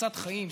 חפצת חיים,